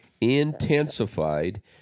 intensified